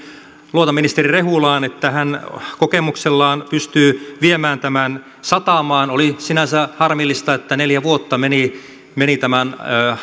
luotan ministeri rehulaan että hän kokemuksellaan pystyy viemään tämän satamaan oli sinänsä harmillista että neljä vuotta meni meni tämän